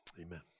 Amen